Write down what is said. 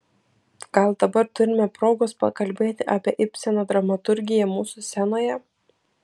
gal dabar turime progos pakalbėti apie ibseno dramaturgiją mūsų scenoje